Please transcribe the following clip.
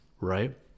right